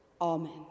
Amen